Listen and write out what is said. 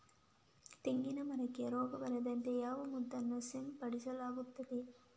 ತೆಂಗಿನ ಮರಕ್ಕೆ ರೋಗ ಬಂದಾಗ ಯಾವ ಮದ್ದನ್ನು ಸಿಂಪಡಿಸಲಾಗುತ್ತದೆ?